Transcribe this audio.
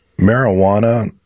Marijuana